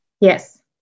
Yes